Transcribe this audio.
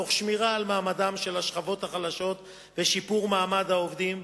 תוך שמירה על מעמדן של השכבות החלשות ושיפור מעמד העובדים.